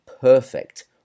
perfect